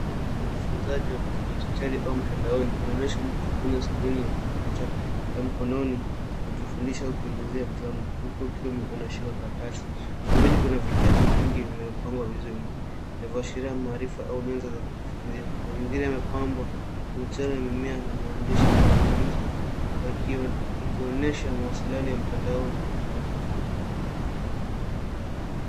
Aina ya ujifunzaji wa kidijitali au mtandaoni. Inaonyesha mtu kwenye skrini ya kompyuta ya mkononi akifundisha au kuelezea jambo huku akiwa ameshika karatasi. Pembeni kuna vitabu vilivyopangwa vizuri vinavyoashiria maarifa au meza za kujifunza. Mazingira yamepambwa michoro, mimea na maandishi ya mazungumzo yakionyesha mawasiliano ya mtandaoni.